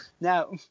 now